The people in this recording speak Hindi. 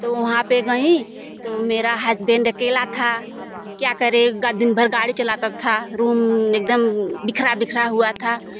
तो वहाँ पर गई तो मेरा हस्बैंड अकेला था क्या करेगा दिन भर गाड़ी चलाता था रूम एक दम बिखरा बिखरा हुआ था